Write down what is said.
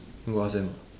go ask them ah